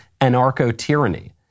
anarcho-tyranny